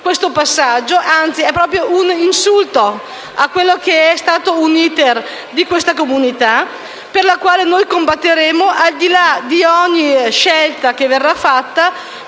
questo passaggio, lo ripeto; anzi, è proprio un insulto a quello che è stato l'*iter* di una comunità, per la quale combatteremo, al di là di ogni scelta che verrà fatta.